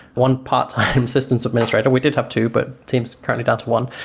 one part-time assistance administrator. we did have two, but team is currently down to one.